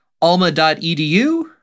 alma.edu